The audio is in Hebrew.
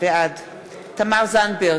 בעד תמר זנדברג,